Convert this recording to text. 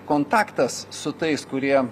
kontaktas su tais kurie